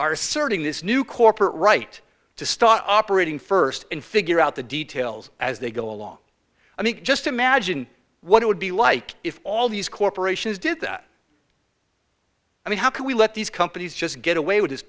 are asserting this new corporate right to stop parading first and figure out the details as they go along i mean just imagine what it would be like if all these corporations did that i mean how can we let these companies just get away with